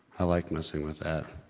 i like messing with that.